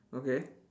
okay